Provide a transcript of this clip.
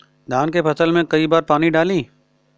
धान के फसल मे कई बारी पानी डाली?